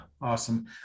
awesome